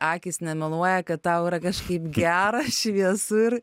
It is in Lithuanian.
akys nemeluoja kad tau yra kažkaip gera šviesu ir